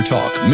Talk